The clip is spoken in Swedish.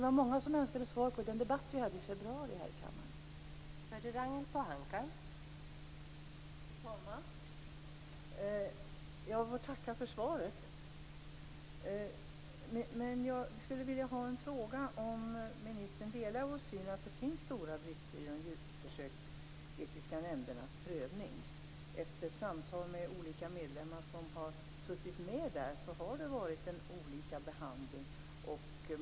Fru talman! Jag får tacka för svaret. Jag skulle vilja fråga om ministern delar vår syn att det finns stora brister i de djurförsöksetiska nämndernas prövning. Enligt samtal med olika medlemmar som har suttit med där har det varit olika behandling.